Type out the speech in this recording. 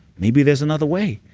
maybe there's another way.